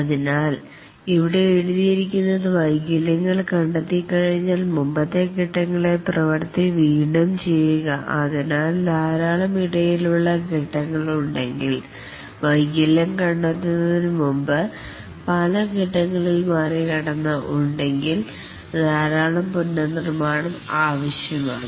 അതിനാൽ ഇവിടെ എഴുതിയിരിക്കുന്നത് വൈകല്യങ്ങൾ കണ്ടെത്തി കഴിഞ്ഞാൽ മുമ്പത്തെ ഫേസ് ങ്ങളിലെ പ്രവർത്തി വീണ്ടും ചെയ്യുക അതിനാൽ ധാരാളം ഇടയിലുള്ള ഫേസ് ങ്ങൾ ഉണ്ടെങ്കിൽ വൈകല്യം കണ്ടെത്തുന്നതിന് മുമ്പ് അത് പല ഫേസ് ങ്ങളിൽ മറികടന്ന് ഉണ്ടെങ്കിൽ ധാരാളം പുനർനിർമ്മാണം ആവശ്യമാണ്